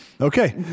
Okay